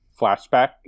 flashback